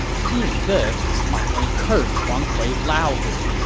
seeing this, ma teng cursed huang kui loudly,